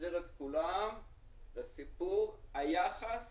נחזיר את כולם לסיפור היחס